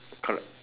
colour